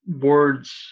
words